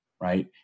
Right